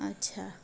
અચ્છા